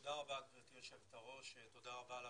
תודה רבה, גברתי היושבת-ראש, תודה רבה לוועדה,